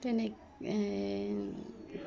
তেনে